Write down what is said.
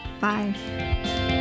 Bye